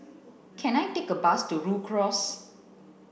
can I take a bus to Rhu Cross